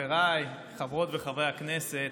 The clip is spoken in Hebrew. חבריי חברות וחברי הכנסת,